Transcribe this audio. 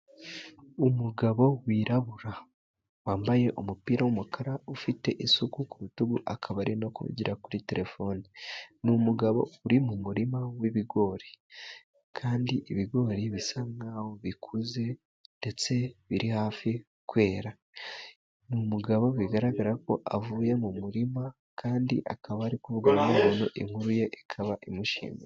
Umugabo wirabura, wambaye umupira w'umukara, ufite isuka ku rutugu. Akaba ari no kuvugira kuri telefone. Ni umugabo uri mu murima wi'ibigori. Kandi ibigori bisa nkaho bikuze ndetse biri hafi kwera. Ni umugabo bigaragara ko avuye mu murima, kandi akaba ari kuvugana n'umuntu. Inkuru ye ikaba imushimishije.